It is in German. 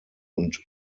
und